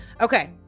Okay